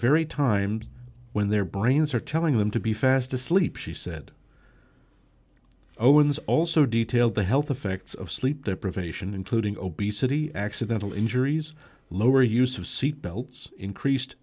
very time when their brains are telling them to be fast asleep she said owens also detail the health effects of sleep deprivation including obesity accidental injuries lower use of seat belts increased